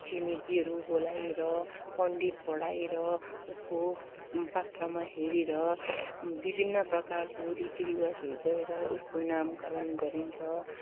छिमेकीहरू बोलाएर पण्डित पढाएर उसको पात्रमा हेरेर विभिन्न प्रकारको रीति रिवाजहरू गरेर उसको नामकरण गरिन्छ